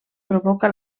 provoca